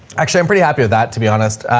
actually i'm pretty happy with that to be honest.